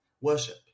worship